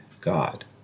God